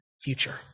future